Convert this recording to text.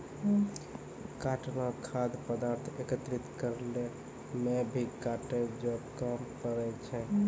काटना खाद्य पदार्थ एकत्रित करै मे भी काटै जो काम पड़ै छै